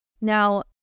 Now